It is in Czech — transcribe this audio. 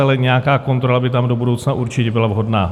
Ale nějaká kontrola by tam do budoucna určitě byla vhodná.